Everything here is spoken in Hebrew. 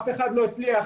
אף אחד לא הצליח,